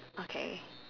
okay